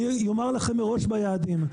אני אומר לכם מראש ביעדים,